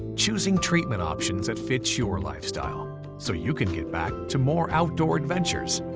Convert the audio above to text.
choosing treatment options that fit your lifestyle so you can get back to more outdoor adventures,